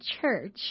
church